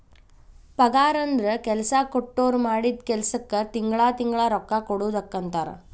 ಪಗಾರಂದ್ರ ಕೆಲ್ಸಾ ಕೊಟ್ಟೋರ್ ಮಾಡಿದ್ ಕೆಲ್ಸಕ್ಕ ತಿಂಗಳಾ ತಿಂಗಳಾ ರೊಕ್ಕಾ ಕೊಡುದಕ್ಕಂತಾರ